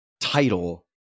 title